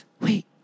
Wait